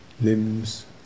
limbs